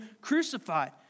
crucified